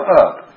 up